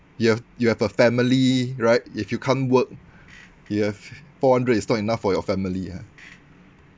you have you have a family right if you can't work you have four hundred is not enough for your family ah